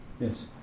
Yes